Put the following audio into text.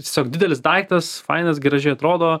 tiesiog didelis daiktas fainas gražiai atrodo